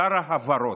שר ההבהרות.